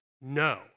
no